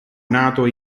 nato